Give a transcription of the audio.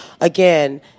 again